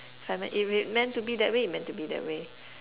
if it meant to be that way it meant to be that way